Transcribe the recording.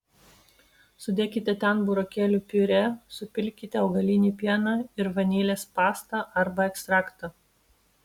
sudėkite ten burokėlių piurė supilkite augalinį pieną ir vanilės pastą arba ekstraktą